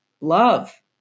love